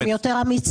הם יותר אמיצים.